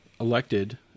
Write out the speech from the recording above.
elected